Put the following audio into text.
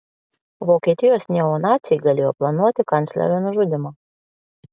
vokietijos neonaciai galėjo planuoti kanclerio nužudymą